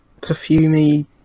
perfumey